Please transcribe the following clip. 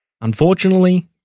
Unfortunately